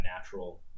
natural